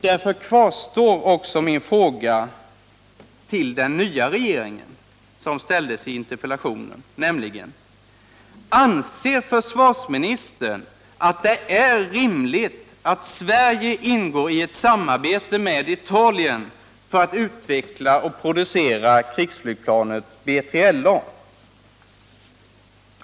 Därför kvarstår också den fråga till den nya regeringen som jag ställde i min interpellation, nämligen: ” Anser försvarsministern att det är rimligt att Sverige ingår i ett samarbete med Italien för att utveckla och producera krigsflygplanet BILA?